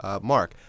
mark